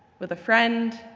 with a friend,